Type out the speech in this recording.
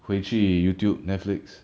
回去 Youtube Netflix